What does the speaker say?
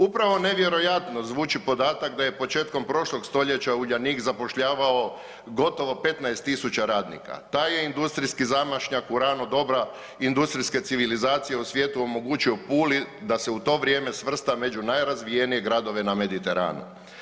Upravo nevjerojatno zvuči podatak da je početkom prošlog stoljeća Uljanik zapošljavao gotovo 15.000 radnika, taj je industrijski zamašnjak u rano doba industrijske civilizacije u svijetu omogućio Puli da se u to vrijeme svrsta među nerazvijenije gradove na Mediteranu.